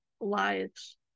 lives